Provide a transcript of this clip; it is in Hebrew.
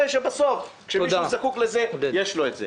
שבסוף כאשר מישהו זקוק לזה יהיה לו את זה.